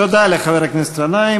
תודה לחבר הכנסת גנאים.